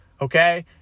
okay